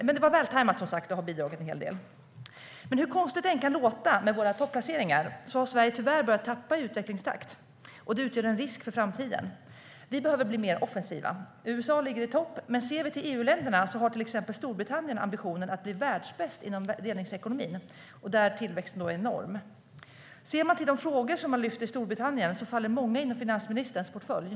Men det var vältajmat och har bidragit en hel del. Hur konstigt det än kan låta med våra topplaceringar har Sverige tyvärr börjat tappa i utvecklingstakt. Det utgör en risk för framtiden. Vi behöver bli mer offensiva. USA ligger i topp, men ser vi till EU-länderna ser vi till exempel att Storbritannien har ambitionen att bli världsbäst inom delningsekonomin, där tillväxten är enorm. Man kan se på de frågor som lyfts i Storbritannien. Det är många frågor som faller inom finansministerns portfölj.